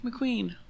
mcqueen